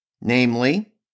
namely